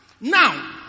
Now